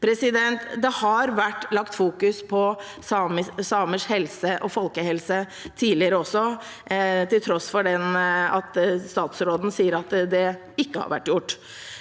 og Kirkenes. Det har vært fokusert på samers helse og folkehelse tidligere også, til tross for at statsråden sier at det ikke har vært gjort.